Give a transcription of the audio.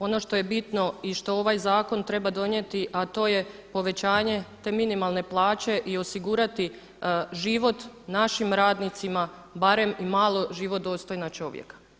Ono što je bitno i što ovaj zakon treba donijeti, a to je povećanje te minimalne plaće i osigurati život našim radnicima barem i malo život dostojna čovjeka.